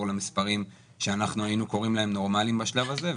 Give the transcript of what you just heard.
למספרים שאנחנו היינו קוראים להם נורמליים בשלב הזה,